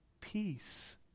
peace